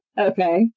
Okay